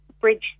Bridge